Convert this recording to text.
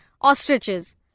Ostriches